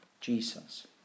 Jesus